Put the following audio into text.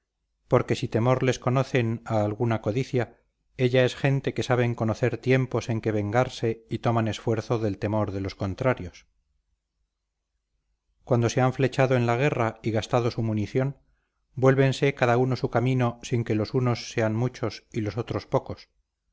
porque si temor les conocen o alguna codicia ella es gente que saben conocer tiempos en que vengarse y toman esfuerzo del temor de los contrarios cuando se han flechado en la guerra y gastado su munición vuélvense cada uno su camino sin que los unos sean muchos y los otros pocos